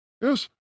yes